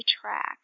track